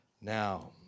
now